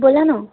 बोला ना